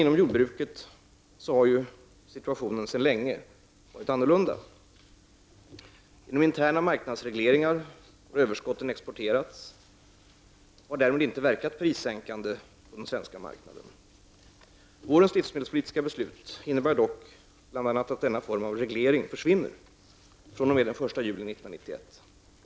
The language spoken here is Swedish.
Inom jordbruket har dock situationen sedan länge varit annorlunda. Genom interna marknadsregleringar har överskotten exporterats och har därmed inte verkat prissänkande på den svenska marknaden. Vårens livsmedelspolitiska beslut innebär dock bl.a. att denna form av reglering försvinner fr.o.m. den 1 juli 1991.